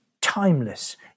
timeless